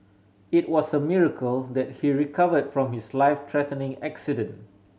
it was a miracle that he recovered from his life threatening accident